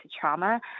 trauma